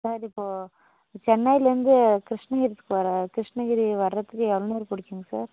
sir இப்போ சென்னையிலேருந்து கிருஷ்ணகிரிக்கு போகிற கிருஷ்ணகிரி வரதுக்கு எவ்வளோ நேரம் பிடிக்குங்க சார்